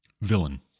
villain